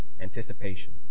anticipation